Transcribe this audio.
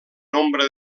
nombre